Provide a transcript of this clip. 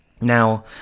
Now